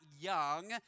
young